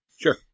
Sure